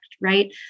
right